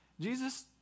Jesus